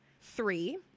Three